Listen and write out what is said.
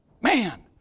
man